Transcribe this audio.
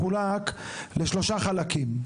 התעריף מחולק לשלושה חלקים,